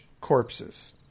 corpses